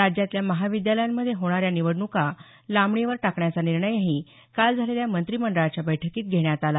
राज्यातल्या महाविद्यालयांमध्ये होणाऱ्या निवडणुका लांबणीवर टाकण्याचा निर्णयही काल झालेल्या मंत्रीमंडळाच्या बैठकीत घेण्यात आला